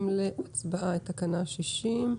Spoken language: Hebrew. תקנה 60,